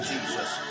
Jesus